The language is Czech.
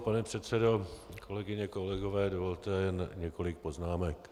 Pane předsedo, kolegyně, kolegové, dovolte několik poznámek.